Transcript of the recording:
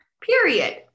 period